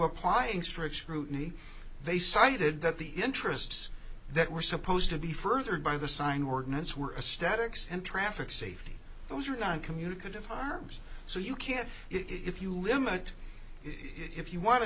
applying strict scrutiny they cited that the interests that were supposed to be furthered by the sign ordinance were a statics and traffic safety those are not communicative harms so you can if you limit it if you want to